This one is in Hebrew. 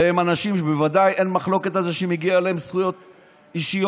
והם אנשים שבוודאי אין מחלוקת על זה שמגיעות להם זכויות אישיות,